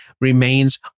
remains